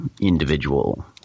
individual